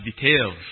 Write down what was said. details